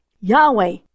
Yahweh